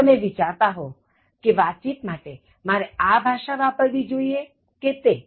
જો તમે વિચારતા હો કે વાતચીત માટે મારે આ ભાષા વાપરવી જોઇએ કે તે